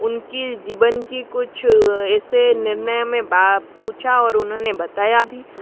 उनकी जीवन की कुछ ऐसे निर्णय में बा पूछा और उन्होंने बताया भी